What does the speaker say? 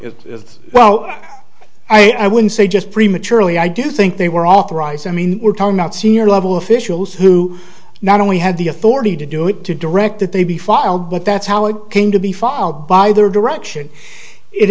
so i would say just prematurely i do think they were authorized i mean we're talking about senior level officials who not only had the authority to do it to direct that they be filed but that's how it came to be filed by either direction it